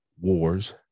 wars